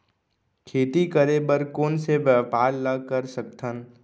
खेती करे बर कोन से व्यापार ला कर सकथन?